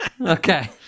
Okay